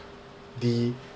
the